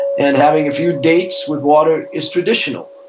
and having a few dates with water is traditional.